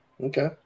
okay